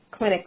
clinically